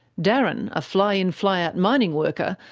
darren, a fly in, fly out mining worker,